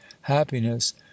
happiness